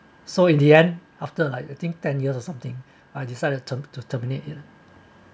so in the end after like I think ten years or something I decided t~ to terminate it